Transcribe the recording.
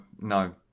no